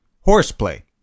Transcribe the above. horseplay